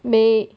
美